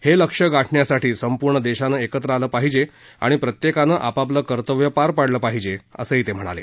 हे लक्ष्य गाठण्यासाठी संपूर्ण देशानं एकत्र आलं पाहिजे आणि प्रत्येकानं आपापलं कर्तव्य पार पाडलं पाहिजे असंही ते म्हणाले